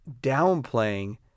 downplaying